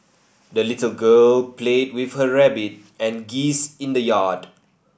the little girl played with her rabbit and geese in the yard